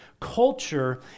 Culture